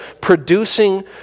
producing